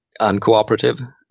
uncooperative